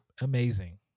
Amazing